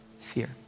fear